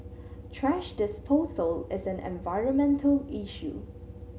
thrash disposal is an environmental issue